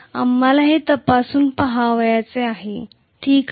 आम्हाला हे तपासून पहायचे आहे ठीक आहे